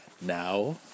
now